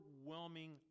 overwhelming